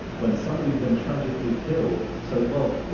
when somebody's been tragically killed, say, well,